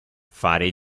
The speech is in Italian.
fare